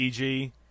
EG